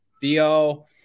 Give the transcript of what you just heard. Theo